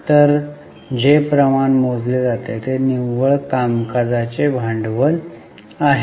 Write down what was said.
तर जे प्रमाण मोजले जाते ते निव्वळ कामकाजाचे भांडवल आहे